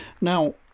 Now